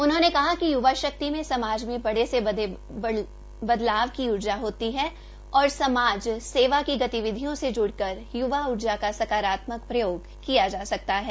उन्होंने कहा कि युवा शक्ति में समाज में बड़े से बड़े बदलाव की उर्जा होती है और समाज सेवा की गतिविधियों से ज्ड़कर य्वा उर्जा का सकारात्मक प्रयोग किया जा सकता है